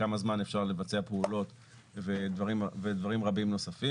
כמה זמן אפשר לבצע פעולות ודברים רבים נוספים,